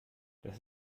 das